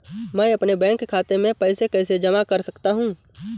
मैं अपने बैंक खाते में पैसे कैसे जमा कर सकता हूँ?